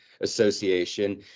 association